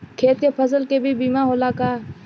खेत के फसल के भी बीमा होला का?